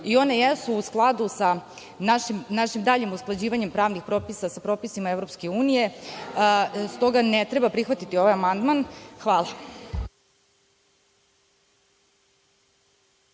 i one jesu u skladu sa našim daljim usklađivanjem pravnih propisa sa propisima EU, te stoga ne treba prihvatiti ovaj amandman. Hvala.